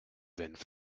senf